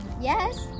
Yes